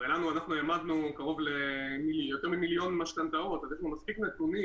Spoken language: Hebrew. הרי אנחנו העמדנו יותר ממיליון משכנתאות אז יש לנו מספיק נתונים